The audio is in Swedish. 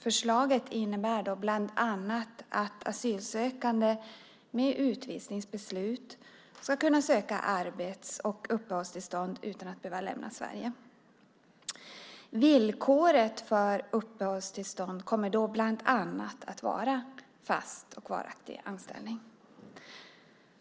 Förslaget innebär bland annat att asylsökande med utvisningsbeslut ska kunna söka arbets och uppehållstillstånd utan att behöva lämna Sverige. Villkoren för uppehållstillstånd kommer då bland annat att vara fast och varaktig anställning.